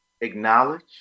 acknowledge